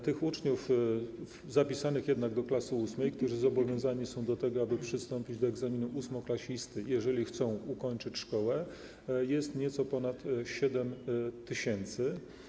Tych uczniów zapisanych jednak do klasy VIII, którzy zobowiązani są do tego, aby przystąpić do egzaminu ósmoklasisty, jeżeli chcą ukończyć szkołę, jest nieco ponad 7 tys.